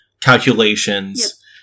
calculations